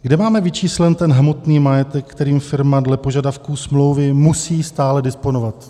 Kde máme vyčíslený ten hmotný majetek, kterým firma dle požadavků smlouvy musí stále disponovat?